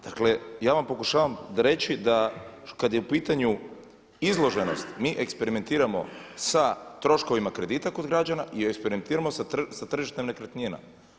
Dakle, ja vam pokušavam reći da kada je u pitanju izloženost, mi eksperimentiramo sa troškovima kredita kod građana i eksperimentiramo sa tržištem nekretnina.